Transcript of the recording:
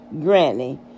Granny